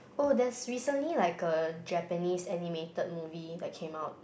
oh there's recently like a Japanese animated movie that came out